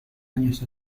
años